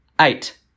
eight